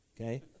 okay